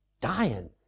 dying